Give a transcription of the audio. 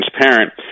transparent